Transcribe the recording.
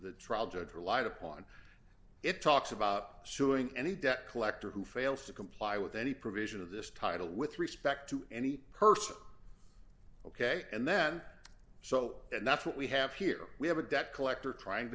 trial judge relied upon it talks about suing any debt collector who fails to comply with any provision of this title with respect to any person ok and then so and that's what we have here we have a debt collector trying